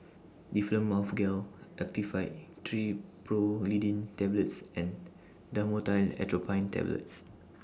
Difflam Mouth Gel Actifed Triprolidine Tablets and Dhamotil Atropine Tablets